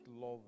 love